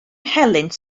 helynt